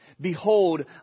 Behold